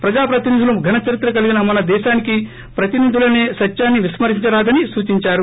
ప్రజాప్రతినిధుల ఘనచరిత్ర కలిగిన మన దేశానికి ప్రతినిధులసే సత్యాన్ని విస్కరించరాదని సూచించారు